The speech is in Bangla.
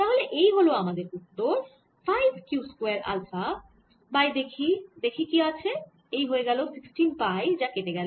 তাহলে এই হল আমাদের উত্তর 5 Q স্কয়ার আলফা বাই দেখি কি আছে 4 এই হয়ে গেল 16 পাই যা কেটে গেল